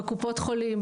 בקופות חולים,